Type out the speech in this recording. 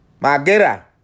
magera